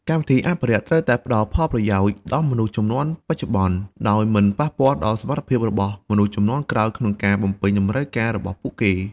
កម្មវិធីអភិរក្សត្រូវតែផ្ដល់ផលប្រយោជន៍ដល់មនុស្សជំនាន់បច្ចុប្បន្ន ដោយមិនប៉ះពាល់ដល់សមត្ថភាពរបស់មនុស្សជំនាន់ក្រោយក្នុងការបំពេញតម្រូវការរបស់ពួកគេ។